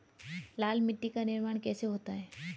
लाल मिट्टी का निर्माण कैसे होता है?